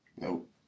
Nope